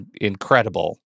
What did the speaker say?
incredible